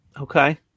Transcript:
Okay